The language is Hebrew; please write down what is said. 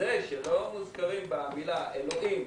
זה שלא מוזכרים בה המילים: אלוהים,